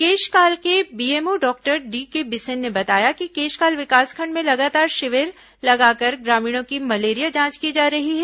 केशकाल के BMO doctor DK Bisen ने बताया कि केशकाल विकासखंड में लगातार शिविर लगाकर ग्रामीणों की मलेरिया जांच की जा रही है